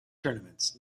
tournaments